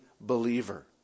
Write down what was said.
believer